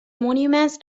monuments